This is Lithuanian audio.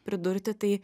pridurti tai